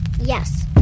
Yes